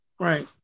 right